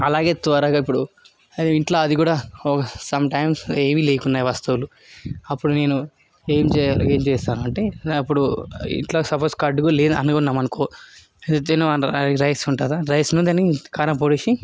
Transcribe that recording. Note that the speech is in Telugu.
అలాగే త్వరగా ఇప్పుడు అది ఇంట్ల అది కూడా సమ్ టైమ్స్ ఏవీ లేకున్నాయి వస్తువులు అప్పుడు నేను ఏం చేయాలి ఏం చేస్తానంటే అప్పుడు ఇంట్లో సపోజ్ కర్డు కూడా లేదు అనుకుందాం అనుకో ఇది ఉత్తిగనే రైస్ ఉంటదా రైస్లో కాని కారంపొడి వేసి